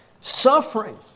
Suffering